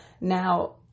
Now